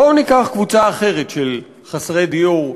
בואו ניקח קבוצה אחרת של חסרי דיור,